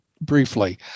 briefly